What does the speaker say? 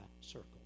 circle